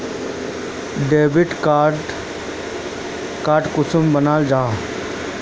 Debit आर credit card कुंसम बनाल जाहा?